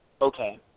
okay